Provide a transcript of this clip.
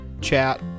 chat